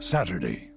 Saturday